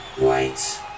wait